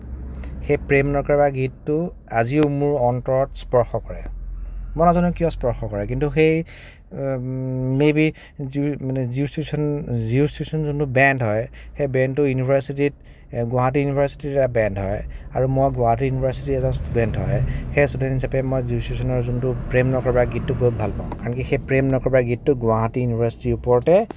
সেই প্ৰেম নকৰিবা গীতটো আজিও মোৰ অন্তৰত স্পৰ্শ কৰে মই নাজানো কিয় স্পৰ্শ কৰে কিন্তু সেই মেবি জিউ মানে জিউ জিউ ষ্টেশ্যন জিউ ষ্টেশ্যন যোনটো বেণ্ড হয় সেই বেণ্ডটো ইউনিভাৰ্চিটিত গুৱাহাটী ইউনিভাৰ্চিটিৰ এটা বেণ্ড হয় আৰু মই গুৱাহাটী ইউনিভাৰ্চিটিৰ এজন ষ্টুডেণ্ট হয় সেই ষ্টুডেণ্ট হিচাপে মই জিউ ষ্টেশ্যনৰ যোনটো প্ৰেম নকৰিবা গীতটো বহুত ভাল পাওঁ আনকি সেই প্ৰেম নকৰিবা গীতটো গুৱাহাটী ইউনিভাৰ্চিটিৰ ওপৰতে